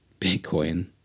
Bitcoin